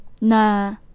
na